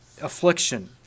affliction